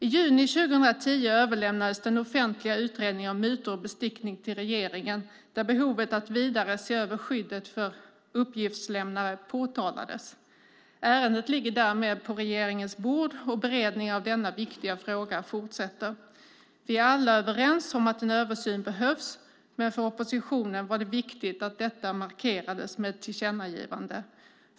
I juni 2010 överlämnades den offentliga utredningen om mutor och bestickning till regeringen där behovet att vidare se över skyddet för uppgiftslämnare påtalades. Ärendet ligger därmed på regeringens bord och beredningen av denna viktiga fråga fortsätter. Vi är alla överens om att en översyn behövs, men för oppositionen var det viktigt att detta markerades med ett tillkännagivande.